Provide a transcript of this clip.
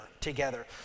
together